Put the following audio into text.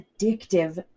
addictive